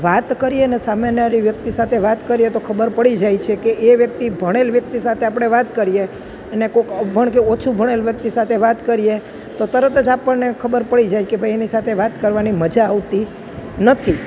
વાત કરીએ ને સામેવાળી વ્યક્તિ સાથે વાત કરીએ તો ખબર પડી જાય છે કે એ વ્યક્તિ ભણેલ વ્યક્તિ સાથે આપણે વાત કરીએ અને કોઈક અભણ કે ઓછું ભણેલ વ્યક્તિ સાથે વાત કરીએ તો તરત જ આપણને ખબર પડી જાય કે ભાઈ એની સાથે વાત કરવાની મજા આવતી નથી